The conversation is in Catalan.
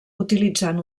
utilitzant